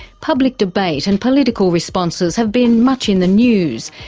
public debate and political responses have been much in the news,